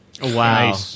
Wow